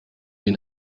den